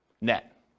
net